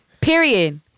Period